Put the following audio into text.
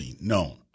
known